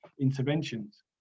interventions